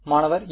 மாணவர் இல்லை